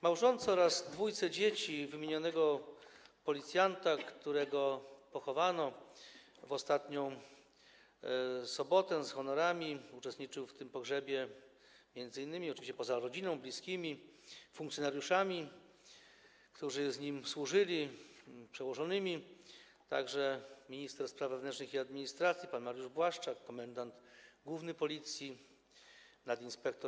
Małżonce oraz dwójce dzieci wymienionego policjanta, którego pochowano w ostatnią sobotę z honorami - uczestniczył w tym pogrzebie m.in., oczywiście poza rodziną, bliskimi, funkcjonariuszami, którzy z nim służyli, przełożonymi, minister spraw wewnętrznych i administracji pan Mariusz Błaszczak, komendant główny Policji pan nadinsp.